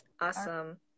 awesome